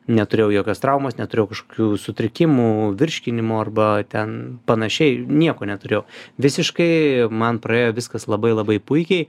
neturėjau jokios traumos neturėjau kažkokių sutrikimų virškinimo arba ten panašiai nieko neturėjau visiškai man praėjo viskas labai labai puikiai